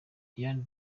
diane